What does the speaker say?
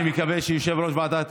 אני מקווה שיושב ראש ועדת,